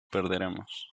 perderemos